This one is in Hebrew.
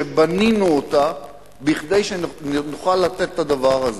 שבנינו אותה כדי שנוכל לתת את הדבר הזה.